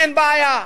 אין בעיה.